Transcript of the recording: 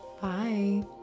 Bye